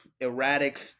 erratic